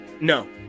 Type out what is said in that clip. no